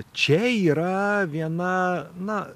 čia yra viena na